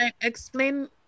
Explain